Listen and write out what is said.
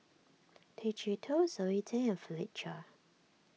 Tay Chee Toh Zoe Tay and Philip Chia